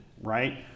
right